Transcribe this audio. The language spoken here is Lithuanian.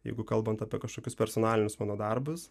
jeigu kalbant apie kažkokius personalinius mano darbus